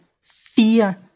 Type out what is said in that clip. fear